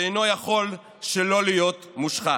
שאינו יכול שלא להיות מושחת."